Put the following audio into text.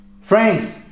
friends